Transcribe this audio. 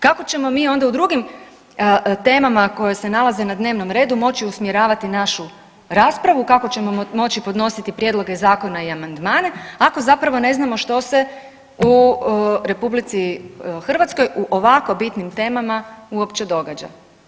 Kako ćemo mi onda u drugim temama koje se nalaze na dnevnom redu moći usmjeravati našu raspravu, kako ćemo moći podnositi prijedloge zakona i amandmane ako zapravo ne znamo što se u Republici Hrvatskoj o ovako bitnim temama uopće događa.